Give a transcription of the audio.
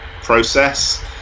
process